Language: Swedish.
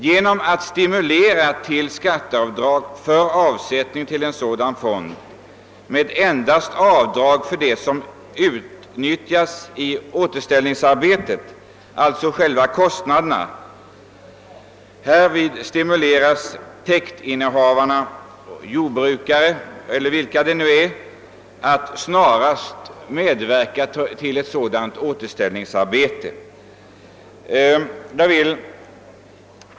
Genom möjlighet till avsättning till en sådan fond och avdrag för det som åtgår till återställningsarbetet stimuleras också innehavarna av sådana täkter att omedelbart medverka till ett dylikt återställningsarbete. Herr talman!